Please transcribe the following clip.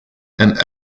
and